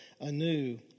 anew